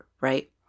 right